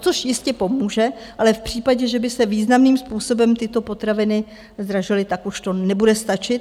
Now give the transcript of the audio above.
Což jistě pomůže, ale v případě, že by se významným způsobem tyto potraviny zdražily, tak už to nebude stačit.